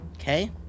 Okay